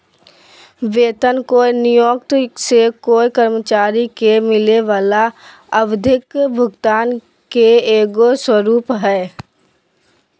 वेतन कोय नियोक्त से कोय कर्मचारी के मिलय वला आवधिक भुगतान के एगो स्वरूप हइ